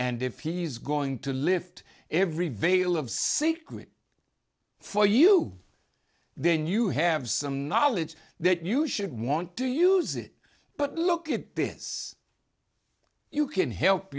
and if he's going to lift every veil of secret for you then you have some knowledge that you should want to use it but look at this you can help